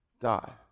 die